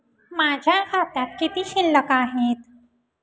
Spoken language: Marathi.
माझ्या खात्यात किती शिल्लक आहे?